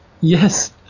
Yes